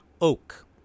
Oak